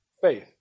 faith